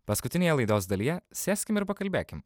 paskutinėje laidos dalyje sėskim ir pakalbėkim